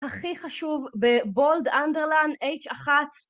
הכי חשוב בבולד אנדרליין h1